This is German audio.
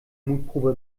mutprobe